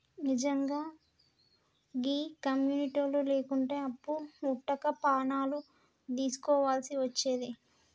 నిజ్జంగా గీ కమ్యునిటోళ్లు లేకుంటే అప్పు వుట్టక పానాలు దీస్కోవల్సి వచ్చేది